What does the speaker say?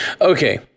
Okay